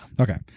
Okay